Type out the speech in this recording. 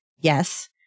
Yes